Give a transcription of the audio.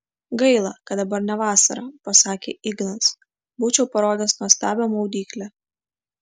gaila kad dabar ne vasara pasakė ignas būčiau parodęs nuostabią maudyklę